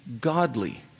godly